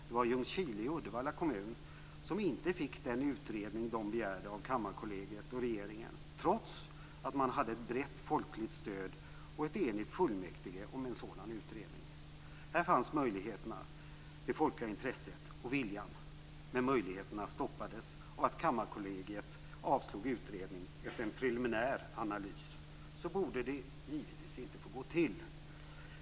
Det var Ljungskile i Uddevalla kommun som inte fick den utredning man begärde av Kammarkollegiet och regeringen trots att man hade ett brett folkligt stöd och ett enigt fullmäktige bakom en sådan utredning. Här fanns möjligheterna, det folkliga intresset och viljan. Men möjligheterna stoppades av att Kammarkollegiet avslog utredning efter en preliminär analys. Så borde det givetvis inte få gå till.